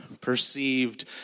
perceived